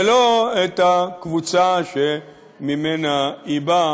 ולא את הקבוצה שממנה הם באו.